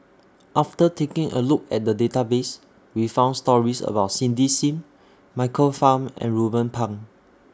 after taking A Look At The Database We found stories about Cindy SIM Michael Fam and Ruben Pang